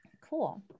cool